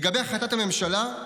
לגבי החלטת הממשלה,